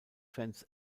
fans